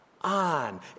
on